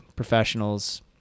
professionals